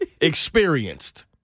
experienced